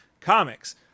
comics